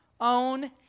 own